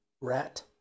Rat